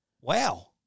Wow